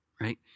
right